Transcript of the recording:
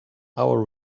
our